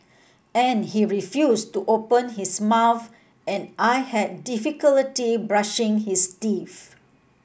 and he refuse to open his mouth and I had brushing his teeth